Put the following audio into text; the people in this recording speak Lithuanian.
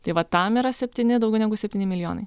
tai va tam yra septyni daugiau negu septyni milijonai